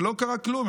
לא קרה כלום.